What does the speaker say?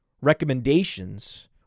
recommendations